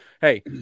hey